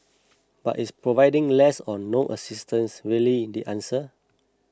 but is providing less or no assistance really the answer